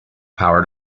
power